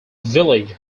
village